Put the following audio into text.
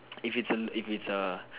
if it's a if it's a